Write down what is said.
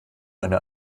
eine